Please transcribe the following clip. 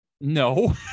No